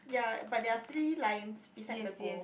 ya but there are three lines beside the go